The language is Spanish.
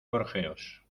gorjeos